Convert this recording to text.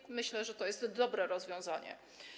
I myślę, że to jest dobre rozwiązanie.